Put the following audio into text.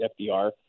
FDR